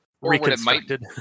reconstructed